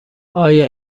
آیا